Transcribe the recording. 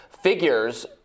figures